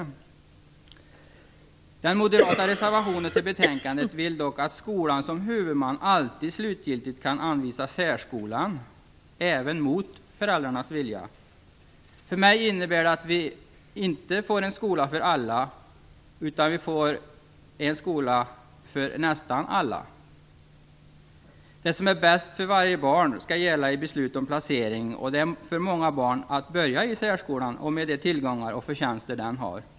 I den moderata reservationen till betänkandet vill man dock att skolan som huvudman alltid slutgiltigt kan anvisa särskolan, även mot föräldrarnas vilja. För mig innebär det att vi inte får "en skola för alla", utan bara "en skola för nästan alla". Det som är bäst för varje barn skall gälla i beslut om placering, och det är för många barn att börja i särskolan med de tillgångar och förtjänster den här.